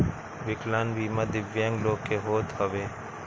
विकलांग बीमा दिव्यांग लोग के होत हवे